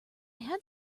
had